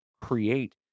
create